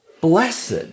Blessed